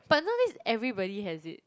but nowadays everybody has it